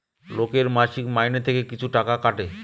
লোকের মাসিক মাইনে থেকে কিছু টাকা কাটে